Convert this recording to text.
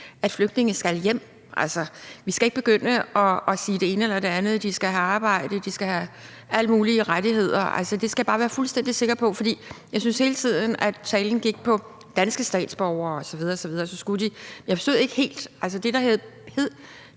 at flygtninge skal hjem; at vi ikke skal begynde at sige det ene og det andet med, at de skal have arbejde, at de skal have alle mulige rettigheder. Det skal jeg bare være fuldstændig sikker på, for jeg synes, at talen hele tiden gik på danske statsborgere osv. osv. Men jeg forstod det ikke helt i forhold til det, der hed